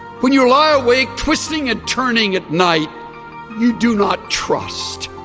when you lie awake twisting and turning at night you do not trust